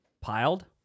Piled